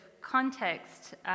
context